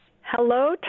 hello